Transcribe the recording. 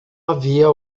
havia